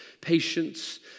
patience